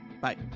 Bye